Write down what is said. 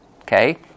okay